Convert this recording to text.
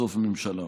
סוף-סוף ממשלה.